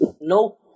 no